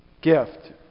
gift